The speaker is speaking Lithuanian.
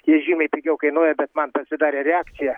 jie žymiai pigiau kainuoja bet man pasidarė reakcija